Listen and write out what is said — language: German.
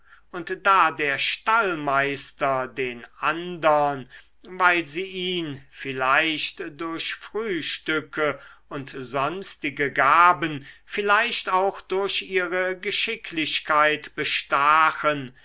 und da der stallmeister den andern weil sie ihn vielleicht durch frühstücke und sonstige gaben vielleicht auch durch ihre geschicklichkeit bestachen